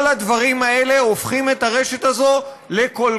כל הדברים האלה הופכים את הרשת הזאת לכל